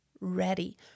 ready